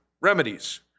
remedies